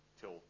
till